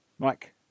Mike